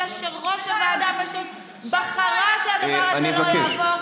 אלא שראש הוועדה פשוט בחרה שהדבר הזה לא יעבור.